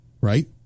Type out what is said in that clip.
Right